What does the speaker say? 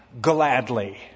gladly